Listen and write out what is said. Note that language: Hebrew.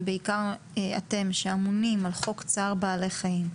ובעיקר אתם שאמונים על חוק צער בעלי חיים,